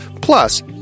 Plus